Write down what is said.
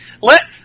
let